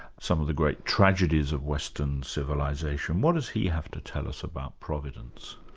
some of the great tragedies of western civilisation, what does he have to tell us about providence?